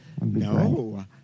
No